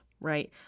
right